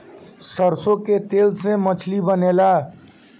सरसों के तेल से मछली बनेले